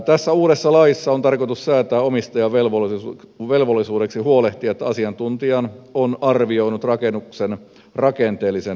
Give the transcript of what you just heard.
tässä uudessa laissa on tarkoitus säätää omistajan velvollisuudeksi huolehtia että asiantuntija on arvioinut rakenteellisen turvallisuuden